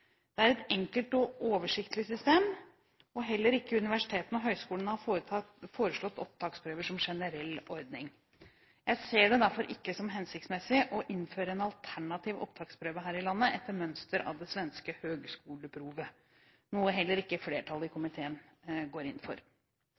Det er et enkelt og oversiktlig system, og heller ikke universitetene og høyskolene har foreslått opptaksprøver som en generell ordning. Jeg ser det derfor ikke som hensiktsmessig å innføre en alternativ opptaksprøve her i landet etter mønster av det svenske «högskoleprovet», noe heller ikke flertallet i